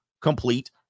complete